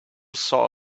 saw